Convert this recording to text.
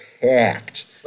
packed